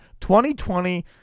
2020